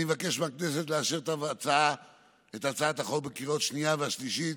אני מבקש מהכנסת לאשר את הצעת החוק בקריאה והשנייה והשלישית